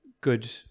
good